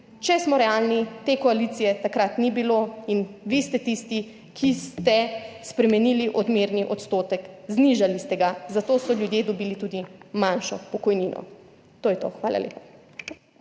Če smo realni, te koalicije takrat ni bilo in vi ste tisti, ki ste spremenili odmerni odstotek, znižali ste ga, za to so ljudje dobili tudi manjšo pokojnino. To je to. Hvala lepa.